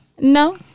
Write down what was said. No